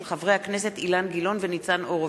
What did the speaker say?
של חברי הכנסת אילן גילאון וניצן הורוביץ,